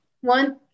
one